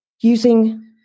using